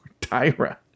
Tyra